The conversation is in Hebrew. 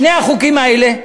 החוקים האלה,